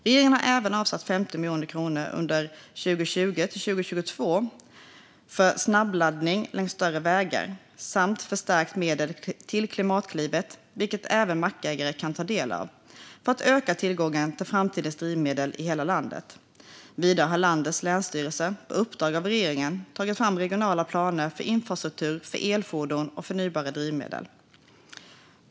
Regeringen har även avsatt 50 miljoner kronor under 2020-2022 för snabbladdning längs större vägar samt förstärkt medel till Klimatklivet, vilket även mackägare kan ta del av, för att öka tillgången till framtidens drivmedel i hela landet. Vidare har landets länsstyrelser på uppdrag av regeringen tagit fram regionala planer för infrastruktur för elfordon och förnybara drivmedel.